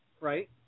right